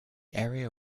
area